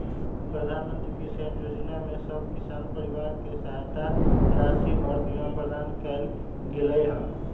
प्रधानमंत्री किसान जोजना में सभ किसान परिवार के सहायता राशि आऽ बीमा प्रदान कएल गेलई ह